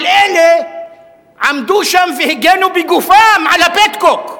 אבל אלה עמדו שם והגנו בגופם על ה"פטקוק".